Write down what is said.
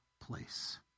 place